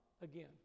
again